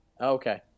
Okay